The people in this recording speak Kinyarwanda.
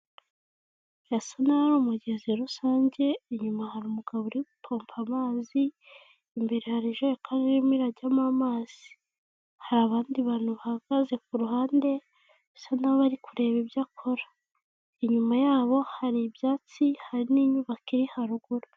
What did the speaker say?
Hasa n'ahari umugezi rusange, inyuma hari umugabo uri gupompa amazi, imbere hari ijerekani irimo irajyamo amazi, hari abandi bantu bahagaze ku ruhande basa n'abari kureba ibyo akora, inyuma yabo hari ibyatsi hari n'inyubako iri haruguru.